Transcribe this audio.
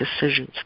decisions